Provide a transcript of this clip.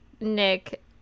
Nick